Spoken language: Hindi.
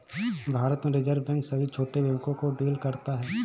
भारत में रिज़र्व बैंक सभी छोटे बैंक को डील करता है